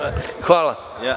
Hvala.